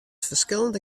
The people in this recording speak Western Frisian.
ferskillende